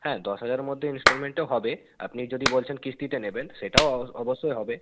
হ্যাঁ দশ হাজারের মধ্যে ইনস্টলমেন্টে হবে আপনি যদি বলছেন কিস্তিতে নেবেন সেটাও অবশ্যই হবে